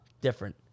different